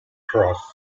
cross